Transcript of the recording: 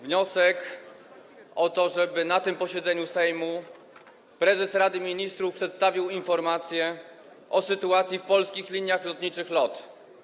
Wniosek dotyczy tego, aby na tym posiedzeniu Sejmu prezes Rady Ministrów przedstawił informację o sytuacji w Polskich Liniach Lotniczych LOT.